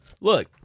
Look